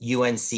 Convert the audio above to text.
UNC